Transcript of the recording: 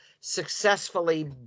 successfully